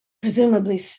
presumably